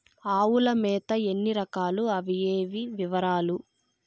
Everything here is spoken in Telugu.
ఆవుల మేత ఎన్ని రకాలు? అవి ఏవి? వివరాలు?